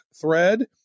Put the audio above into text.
thread